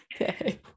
Okay